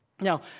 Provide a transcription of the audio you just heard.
Now